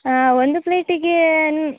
ಹಾಂ ಒಂದು ಪ್ಲೇಟಿಗೆ